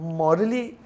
morally